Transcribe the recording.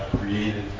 created